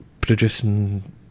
producing